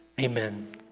Amen